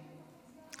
נא לסיים.